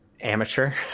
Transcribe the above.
amateur